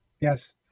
yes